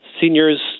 Seniors